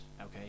okay